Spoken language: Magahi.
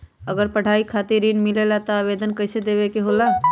अगर पढ़ाई खातीर ऋण मिले ला त आवेदन कईसे देवे के होला?